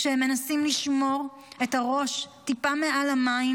והם מנסים לשמור את הראש טיפה מעל המים